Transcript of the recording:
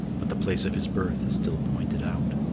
but the place of his birth is still pointed out.